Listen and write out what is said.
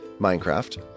Minecraft